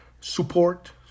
Support